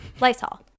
Lysol